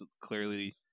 clearly